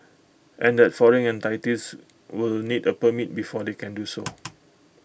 and that foreign entities will need A permit before they can do so